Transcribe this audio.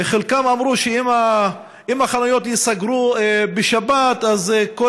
חלקם אמרו שאם החנויות ייסגרו בשבת אז כל